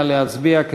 נא להצביע.